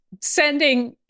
sending